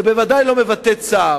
זה ודאי לא מבטא צער.